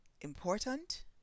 important